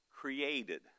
created